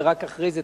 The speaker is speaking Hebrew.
ורק אחרי זה,